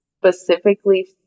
specifically